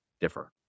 differ